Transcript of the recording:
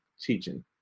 teaching